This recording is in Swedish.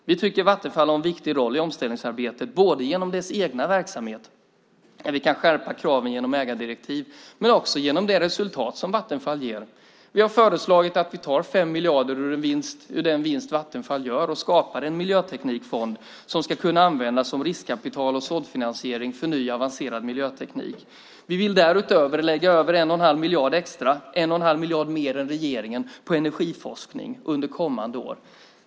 Vi tycker att Vattenfall har en viktig roll i omställningsarbetet, genom sin egen verksamhet där vi kan skärpa kraven genom ägardirektiv men också genom det resultat som Vattenfall ger. Vi har föreslagit att vi tar 5 miljarder ur den vinst Vattenfall gör och skapar en miljöteknikfond som ska kunna användas som riskkapital och såddfinansiering för ny avancerad miljöteknik. Vi vill därutöver lägga över 1 1⁄2 miljard mer än regeringen på energiforskning under kommande år.